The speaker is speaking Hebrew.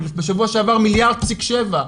בשבוע שעבר 1.7 מיליארד,